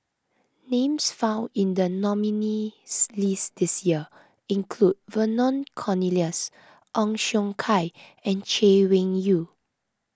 names found in the nominees' list this year include Vernon Cornelius Ong Siong Kai and Chay Weng Yew